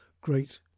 great